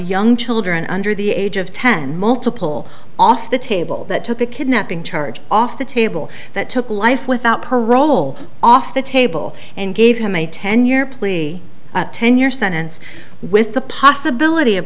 young children under the age of ten multiple off the table that took a kidnapping charge off the table that took life without parole off the table and gave him a ten year plea ten year sentence with the possibility of